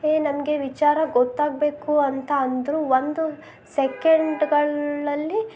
ನಮಗೆ ವಿಚಾರ ಗೊತ್ತಾಗಬೇಕು ಅಂತ ಅಂದರೂ ಒಂದು ಸೆಕೆಂಡ್ಗಳಲ್ಲಿ